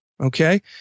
okay